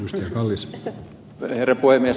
usein kallis virhe voi myös